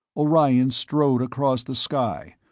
orion strode across the sky,